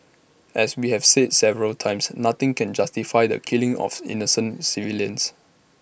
as we have said several times nothing can justify the killing of innocent civilians